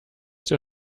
der